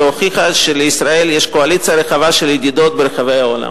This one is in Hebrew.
שהוכיחה שלישראל יש קואליציה רחבה של ידידות ברחבי העולם.